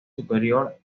superior